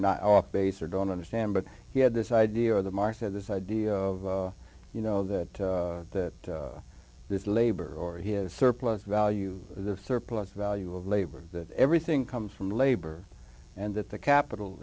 not off base or don't understand but he had this idea of the mark said this idea of you know that that this labor or his surplus value the surplus value of labor that everything comes from labor and that the capital